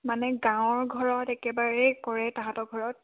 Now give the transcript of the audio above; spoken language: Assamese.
মানে গাঁৱৰ ঘৰত একেবাৰেই কৰে তাহাঁতৰ ঘৰত